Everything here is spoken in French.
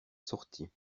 sortie